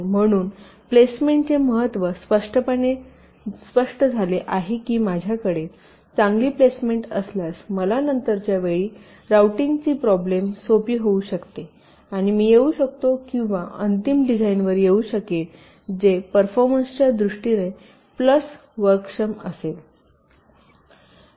म्हणून प्लेसमेंटचे महत्त्व स्पष्टपणे स्पष्ट झाले आहे की माझ्याकडे चांगली प्लेसमेंट असल्यास मला नंतरच्या वेळी राउटिंगची प्रॉब्लेम सोपी होऊ शकते आणि मी येऊ शकतो किंवा अंतिम डिझाइनवर येऊ शकेन जे परफॉर्मन्सच्या दृष्टीने प्लस वर्कक्षम असेल